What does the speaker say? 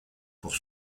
pour